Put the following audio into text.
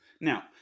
Now